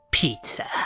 Pizza